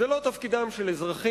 זה לא תפקידם של אזרחים,